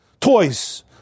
Toys